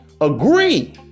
agree